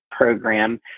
program